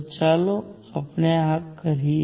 તો ચાલો આપણે તે કરીએ